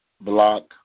block